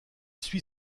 suit